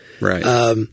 Right